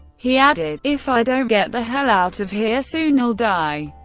he added, if i don't get the hell out of here soon i'll die.